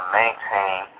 maintain